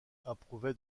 approuvait